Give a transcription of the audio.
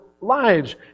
lives